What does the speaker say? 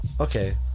okay